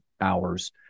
hours